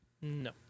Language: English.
No